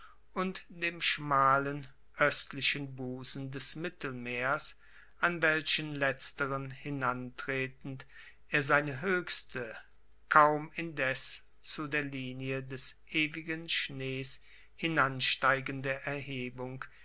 und dem schmalen oestlichen busen des mittelmeers an welchen letzteren hinantretend er seine hoechste kaum indes zu der linie des ewigen schnees hinansteigende erhebung